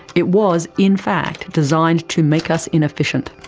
it was in fact designed to make us inefficient.